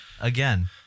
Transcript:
Again